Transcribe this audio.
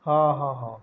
ହଁ ହଁ ହଁ